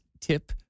tip